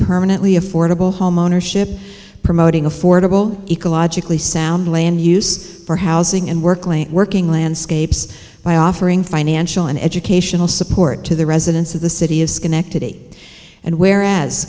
permanently affordable homeownership promoting affordable ecologically sound land use for housing and work link working landscapes by offering financial and educational support to the residents of the city of schenectady and where as